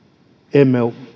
emme